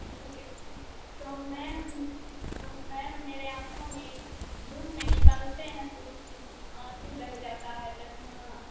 ٹھیک ہے تو میم تو میم میرے آنکھوں میں دھوپ میں نکلتے ہیں تو آنسوں بہہ جاتا ہے چسمہ